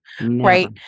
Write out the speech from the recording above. Right